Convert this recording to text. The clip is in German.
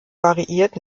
variiert